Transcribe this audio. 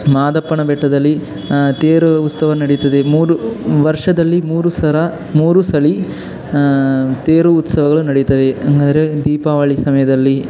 ಮಾದಪ್ಪನ ಬೆಟ್ಟದಲ್ಲಿ ತೇರು ಉತ್ಸವ ನಡೆಯುತ್ತದೆ ಮೂರು ವರ್ಷದಲ್ಲಿ ಮೂರು ಸಲ ಮೂರು ಸಲ ತೇರು ಉತ್ಸವಗಳು ನಡೆಯುತ್ತವೆ ಹಂಗದ್ರೆ ದೀಪಾವಳಿ ಸಮಯದಲ್ಲಿ